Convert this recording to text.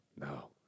No